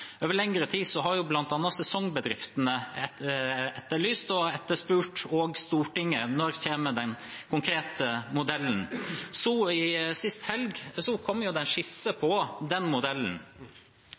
Over lengre tid har bl.a. sesongbedriftene etterlyst og etterspurt også Stortinget: Når kommer den konkrete modellen? Så sist helg kom det en skisse